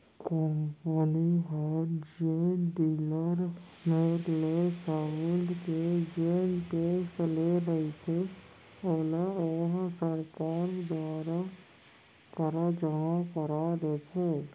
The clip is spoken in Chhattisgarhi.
कंपनी ह जेन डीलर मेर ले साबून के जेन टेक्स ले रहिथे ओला ओहा सरकार करा जमा करा देथे